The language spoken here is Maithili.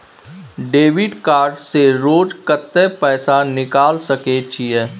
डेबिट कार्ड से रोज कत्ते पैसा निकाल सके छिये?